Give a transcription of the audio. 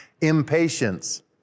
Impatience